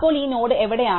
അപ്പോൾ ഈ നോഡ് എവിടെയാണ്